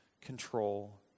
control